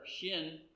Shin